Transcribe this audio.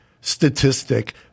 statistic